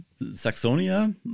Saxonia